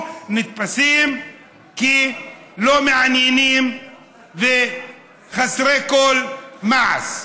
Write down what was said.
אנחנו נתפסים כלא מעניינים וחסרי כל מעש.